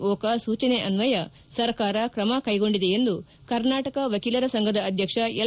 ಓಕಾ ಸೂಚನೆ ಅನ್ವಯ ಸರ್ಕಾರ ಕ್ರಮಕೈಗೊಂಡಿದೆ ಎಂದು ಕರ್ನಾಟಕ ವಕೀಲರ ಸಂಘದ ಅಧ್ಯಕ್ಷ ಎಲ್